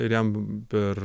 ir jam per